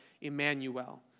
Emmanuel